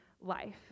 life